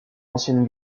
ancienne